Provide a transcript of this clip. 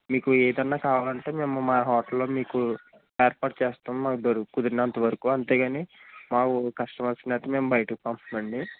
మీకు ఏదన్నా కావాలంటే మేము మా హోటల్లో మీకు ఏర్పాటు చేస్తాం మాకు దొరి కుదిరినంత వరకు అంతేగానీ మాము కస్టమర్స్ను అయితే మేము బయటికి పంపమండి